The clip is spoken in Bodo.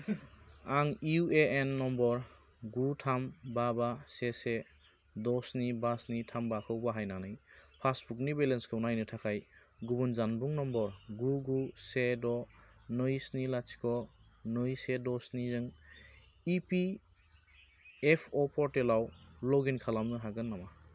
आं इउएएन नम्बर गु थाम बा बा से से द' स्नि बा स्नि थाम बाखौ बाहायनानै पासबुकनि बेलेन्सखौ नायनो थाखाय गुबुन जानबुं नम्बर गु गु से द' नै स्नि लाथिख' नै से द' स्निजों इपिएफअ पर्टेलाव लगइन खालामनो हागोन नामा